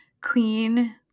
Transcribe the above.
clean